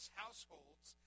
households